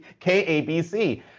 KABC